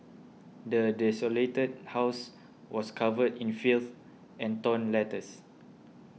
the desolated house was covered in filth and torn letters